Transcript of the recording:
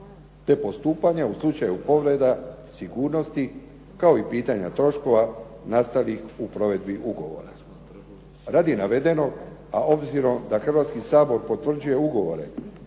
te postupanja u slučaju povreda sigurnosti kao i pitanja troškova nastalih u provedbi ugovora. Radi navedenog a obzirom da Hrvatski sabor potvrđuje ugovore